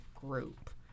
group